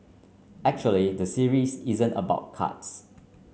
actually the series isn't about cards